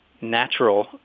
natural